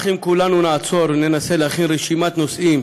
אם כולנו נעצור וננסה להכין רשימת נושאים